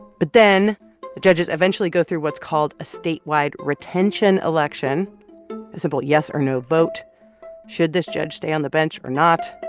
but then the judges eventually go through what's called a statewide retention election. a simple yes or no vote should this judge stay on the bench or not?